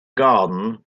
garden